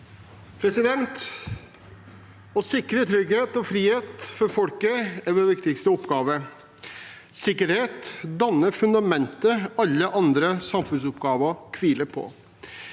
Å sikre trygghet og frihet for folket er vår viktigste oppgave. Sikkerhet danner fundamentet alle andre samfunnsoppgaver hviler på.